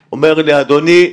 הוא אומר לו: אדוני,